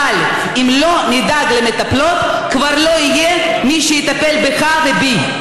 אבל אם לא נדאג למטפלות כבר לא יהיה מי שיטפל בך ובי.